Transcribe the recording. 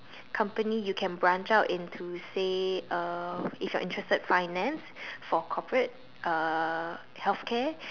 company you can branch out into say uh if you're interested in finance for corporate uh healthcare